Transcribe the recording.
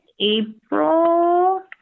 April